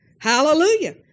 Hallelujah